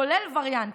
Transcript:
כולל וריאנטים,